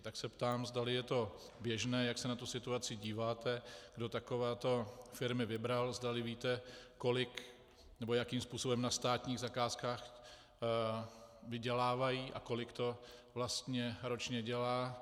Tak se ptám, zdali je to běžné, jak se na tu situaci díváte, kdo takovéto firmy vybral, zdali víte, jakým způsobem na státních zakázkách vydělávají a kolik to vlastně ročně dělá.